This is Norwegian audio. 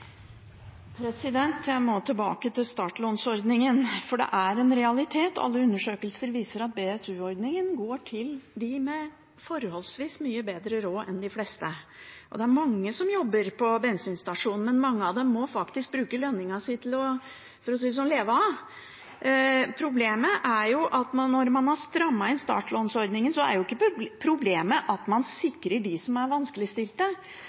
Jeg må tilbake til startlånsordningen, for det er en realitet – alle undersøkelser viser det – at BSU-ordningen går til dem med forholdsvis mye bedre råd enn de fleste. Det er mange som jobber på bensinstasjon, men mange av dem må faktisk bruke lønningen sin til å leve av, for å si det sånn. Når man har strammet inn startlånsordningen, er jo ikke problemet at man sikrer dem som er vanskeligstilt, problemet er at man ikke lenger åpner opp for dem som